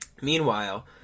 Meanwhile